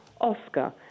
Oscar